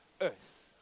earth